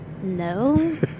no